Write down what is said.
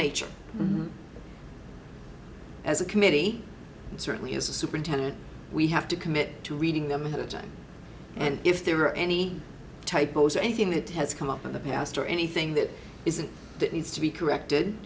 nature as a committee and certainly as a superintendent we have to commit to reading them ahead of time and if there are any typos or anything that has come up in the past or anything that isn't that needs to be corrected